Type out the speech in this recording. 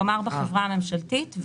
כלומר בחברה הממשלתית,